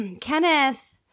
Kenneth